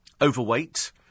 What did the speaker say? overweight